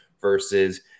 versus